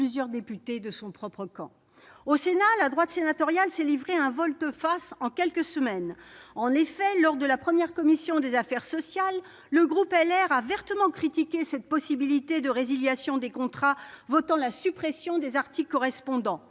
plusieurs députés de son propre camp. Au Sénat, la droite sénatoriale s'est livrée à une volte-face en quelques semaines. En effet, lors de la première réunion de la commission des affaires sociales, le groupe Les Républicains avait vertement critiqué cette possibilité de résiliation des contrats et avait voté la suppression des articles correspondants.